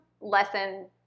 lesson